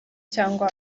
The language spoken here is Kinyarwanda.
cyangwa